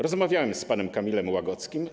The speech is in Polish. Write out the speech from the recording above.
Rozmawiałem z panem Kamilem Łagockim.